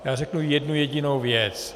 Já řeknu jednu jedinou věc.